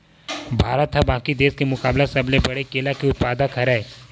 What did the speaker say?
भारत हा बाकि देस के मुकाबला सबले बड़े केला के उत्पादक हरे